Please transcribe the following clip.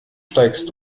steigst